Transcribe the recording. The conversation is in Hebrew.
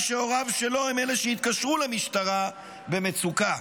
שהוריו שלו הם אלו שהתקשרו למשטרה במצוקה.